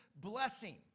blessing